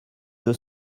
deux